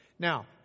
Now